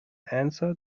answer